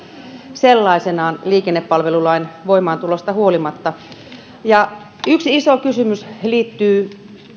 sellaisenaan liikennepalvelulain voimaantulosta huolimatta yksi iso kysymys liittyy